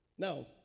Now